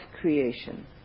creation